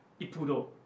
ipudo